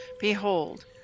Behold